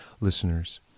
listeners